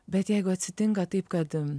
bet jeigu atsitinka taip kad